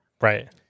right